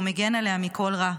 והוא מגן עליה מכל רע.